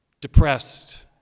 depressed